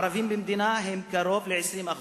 הערבים במדינה הם קרוב ל-20%,